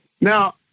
now